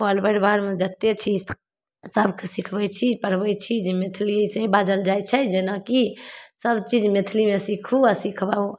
पल पलिवारमे जतेक छी सभके सिखबै छी पढ़बै छी जे मैथिली अइसेहि बाजल जाइ छै जेनाकि सबचीज मैथिलीमे सिखू आओर सिखबाउ